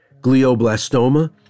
glioblastoma